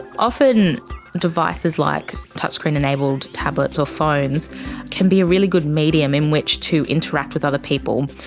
often devices like touchscreen enabled tablets or phones can be a really good medium in which to interact with other people.